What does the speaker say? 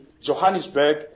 Johannesburg